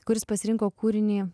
kuris pasirinko kūrinį